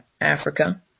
Africa